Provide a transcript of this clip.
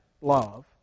love